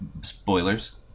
spoilers